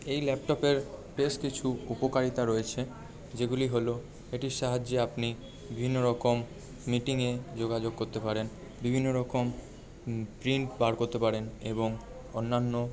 এই ল্যাপটপের বেশ কিছু উপকারিতা রয়েছে যেগুলি হল এটির সাহায্যে আপনি বিভিন্ন রকম মিটিংয়ে যোগাযোগ করতে পারেন বিভিন্ন রকম প্রিন্ট বার করতে পারেন এবং অন্যান্য